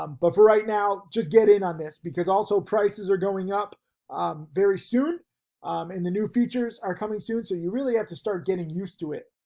um but for right now, just get in on this because also prices are going up very soon um the new features are coming soon. so you really have to start getting used to it.